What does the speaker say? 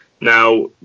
Now